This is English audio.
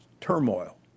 turmoil